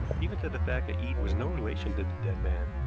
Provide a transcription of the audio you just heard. even to the fact that eade was no relation to the dead man.